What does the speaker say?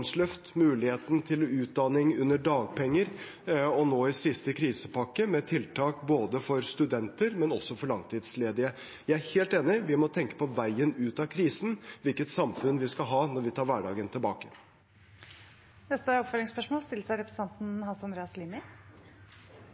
til utdanning under dagpenger og nå i siste krisepakke tiltak for studenter, men også for langtidsledige. Vi er helt enige – vi må tenke på veien ut av krisen, hvilket samfunn vi skal ha når vi tar hverdagen tilbake. Hans Andreas Limi – til oppfølgingsspørsmål.